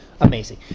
Amazing